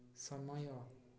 ସମୟ